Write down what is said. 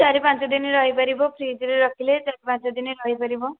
ଚାରି ପାଞ୍ଚ ଦିନ ରହିପାରିବ ଫ୍ରିଜରେ ରଖିଲେ ଚାରି ପାଞ୍ଚ ଦିନ ରହିପାରିବ